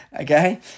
Okay